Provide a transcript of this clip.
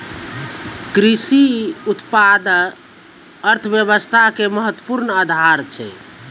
कृषि उत्पाद अर्थव्यवस्था के महत्वपूर्ण आधार छै